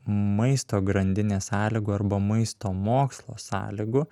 maisto grandinės sąlygų arba maisto mokslo sąlygų